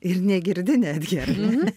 ir negirdi netgi ar ne